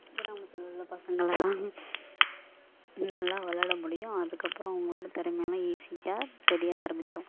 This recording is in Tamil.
கிராமத்தில் உள்ள பசங்கள் தான் நல்லா விளாட முடியும் அதுக்கப்புறம் அவங்களோடய திறமை எல்லாம் ஈஸியாக தெரிய ஆரம்பிக்கும்